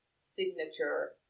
signature